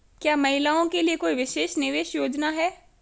क्या महिलाओं के लिए कोई विशेष निवेश योजना है?